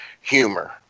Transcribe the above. humor